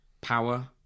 power